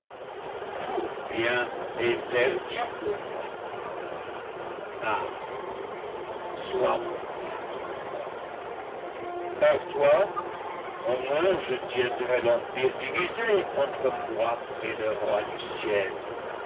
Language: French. perdu pour moi mal sois mon bien par toi au moins je tiendrai l'empire divisé entre moi et le roi du ciel